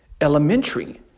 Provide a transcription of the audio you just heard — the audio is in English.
elementary